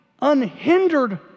unhindered